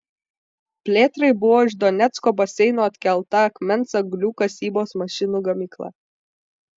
plėtrai buvo iš donecko baseino atkelta akmens anglių kasybos mašinų gamykla